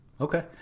okay